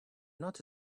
not